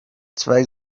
zwei